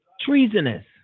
treasonous